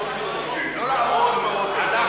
תסתכל איפה אנחנו לא מדורגים,